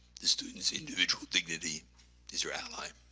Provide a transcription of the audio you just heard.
the student's individual dignity is your ally.